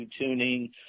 tuning